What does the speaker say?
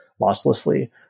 losslessly